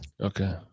Okay